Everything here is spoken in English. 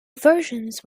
versions